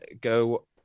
go